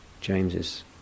James's